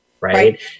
right